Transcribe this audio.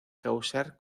causar